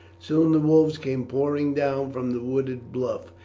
soon the wolves came pouring down from the wooded bluff,